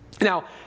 Now